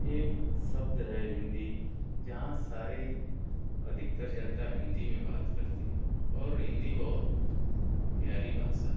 एक शब्द है हिन्दी जहाँ सारे अधिकतर जनता हिन्दी में बात करती हो और हिन्दी बहुत प्यारी भाषा है